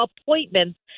appointments